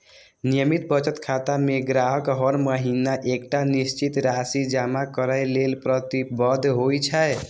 नियमित बचत खाता मे ग्राहक हर महीना एकटा निश्चित राशि जमा करै लेल प्रतिबद्ध होइ छै